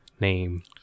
name